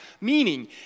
meaning